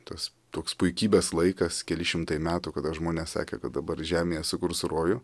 tas toks puikybės laikas keli šimtai metų kada žmonės sakė kad dabar žemėje sukurs rojų